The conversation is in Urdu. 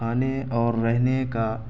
کھانے اور رہنے کا